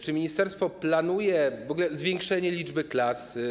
Czy ministerstwo planuje w ogóle zwiększenie liczby klas?